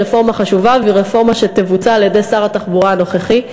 היא רפורמה חשובה והיא רפורמה שתבוצע על-ידי שר התחבורה הנוכחי.